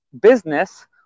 business